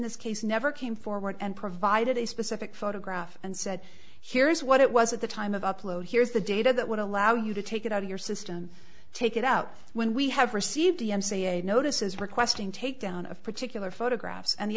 this case never came forward and provided a specific photograph and said here's what it was at the time of upload here's the data that would allow you to take it out of your system take it out when we have received the m c a notices requesting takedown of particular photographs an